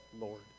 Lord